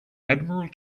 admiral